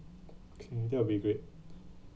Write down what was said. okay that will be great